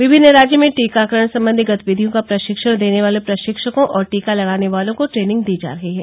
विभिन्न राज्यों में टीकाकरण संबंधी गतिविधियों का प्रशिक्षण देने वाले प्रशिक्षकों और टीका लगाने वालों को ट्रेनिंग दी जा रही है